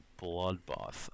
bloodbath